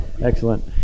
excellent